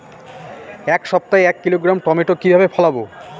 এক সপ্তাহে এক কিলোগ্রাম টমেটো কিভাবে ফলাবো?